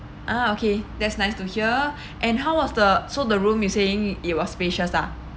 uh okay that's nice to hear and how was the so the room you saying it was spacious ah